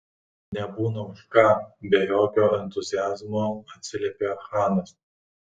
nebūna už ką be jokio entuziazmo atsiliepė chanas